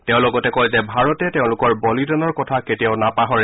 তেওঁ লগতে কয় যে ভাৰতে তেওঁলোকৰ বলিদানৰ কথা কেতিয়াও নাপাহৰে